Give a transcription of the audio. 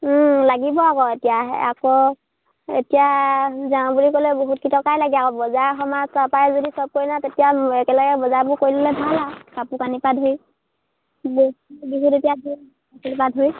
লাগিব আকৌ এতিয়া আকৌ এতিয়া যাওঁ বুলি ক'লে বহুত কেইটকাই লাগে আকৌ বজাৰ সমাৰ কৰা পৰাই যদি সব কৰি নহয় তেতিয়া একেলগে বজাৰবোৰ কৰি ল'লে ভাল আৰু কাপোৰ কানি পৰা ধৰি বি বিহুত এতিয়া